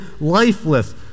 lifeless